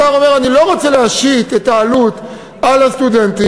השר אומר: אני לא רוצה להשית את העלות על הסטודנטים,